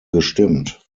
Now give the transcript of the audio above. gestimmt